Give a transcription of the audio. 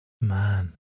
Man